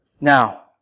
Now